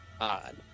odd